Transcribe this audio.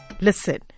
Listen